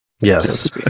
yes